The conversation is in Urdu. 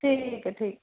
ٹھیک ہے ٹھیک